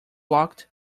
locked